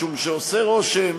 משום שעושה רושם